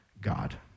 God